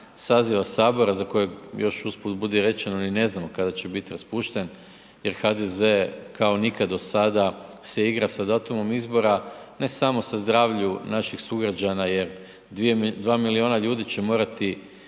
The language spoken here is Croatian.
saziva sabora za kojeg još usput budi rečeno ni ne znamo kada će bit raspušten jer HDZ kao nikad do sada se igra sa datumom izbora, ne samo sa zdravlju naših sugrađana jer dva milijuna ljudi će morati